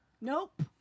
nope